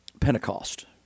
Pentecost